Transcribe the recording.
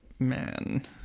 man